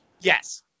yes